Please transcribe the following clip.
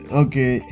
okay